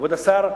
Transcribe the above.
"כבוד השר,